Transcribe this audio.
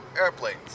airplanes